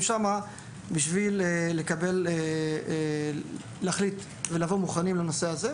שם כדי להחליט ולבוא מוכנים לנושא הזה.